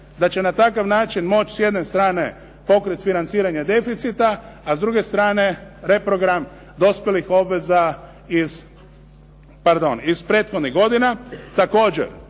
Da će na takav način moći s jedne strane pokriti financiranje deficita a s druge strane reprogram dospjelih obveza iz, pardon iz prethodnih godina.